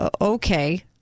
Okay